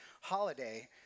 holiday